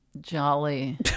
Jolly